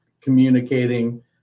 communicating